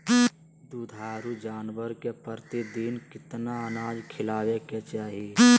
दुधारू जानवर के प्रतिदिन कितना अनाज खिलावे के चाही?